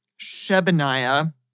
Shebaniah